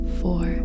four